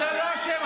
אתה לא אשם,